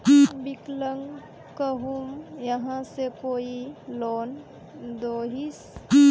विकलांग कहुम यहाँ से कोई लोन दोहिस?